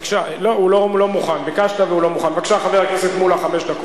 אפשר לשאול אותך שאלה?